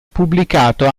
pubblicato